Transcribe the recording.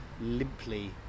limply